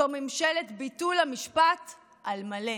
זו ממשלת ביטול המשפט על מלא.